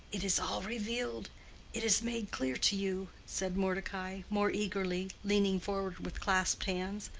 it is all revealed it is made clear to you, said mordecai, more eagerly, leaning forward with clasped hands.